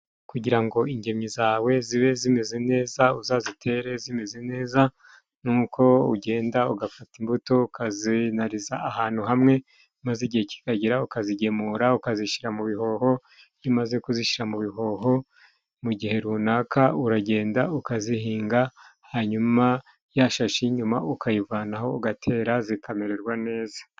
Kugira ngo ingemye zawe zibe zimeze neza uzazitere zimeze neza ni uko ugenda ugafata imbuto ukazinariza ahantu hamwe maze igihe kikagera ukazigemura ukazishyira mu bihoho maze iyo umaze kuzishyira mu bihoho mu gihe runaka uragenda ukazihinga hanyuma ya shashi y'inyuma ukayivanaho ugatera zikamererwa neza.